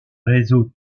réseau